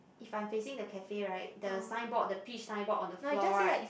if I'm facing the cafe right the sign board the peach sign board on the floor right